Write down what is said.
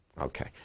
Okay